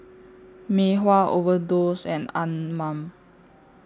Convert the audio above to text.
Mei Hua Overdose and Anmum